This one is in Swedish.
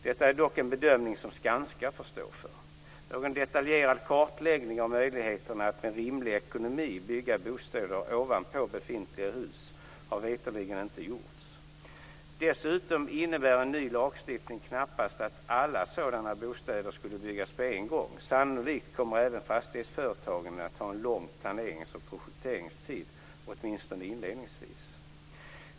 Detta är dock en bedömning som Skanska får stå för. Någon detaljerad kartläggning av möjligheterna att med rimlig ekonomi bygga bostäder ovanpå befintliga hus har veterligen inte gjorts. Dessutom innebär en ny lagstiftning knappast att alla sådana bostäder skulle byggas på en gång. Sannolikt kommer även fastighetsföretagen att ha en lång planerings och projekteringstid, åtminstone inledningsvis.